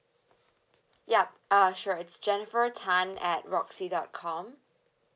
yup uh sure it's jennifer tan at roxy dot com